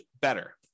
better